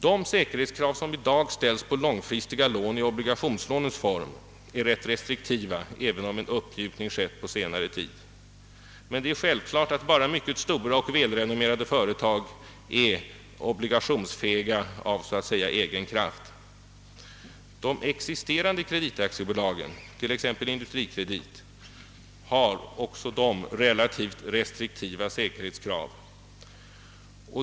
De säkerhetskrav som i dag ställs på långfristiga lån i obligationslånens form är rätt restriktiva, även om en uppmjukning skett på senare tid. Det är självklart att bara mycket stora och välrenommerade företag är obligationsfähiga så att säga av egen kraft. De existerande kreditaktiebolagen, t.ex. Industrikredit, har också relativt restriktiva säkerhetskrav.